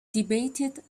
debated